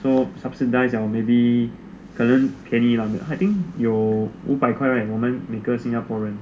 so subsidised liao maybe 便宜啊 I think 有五百块每个新加坡人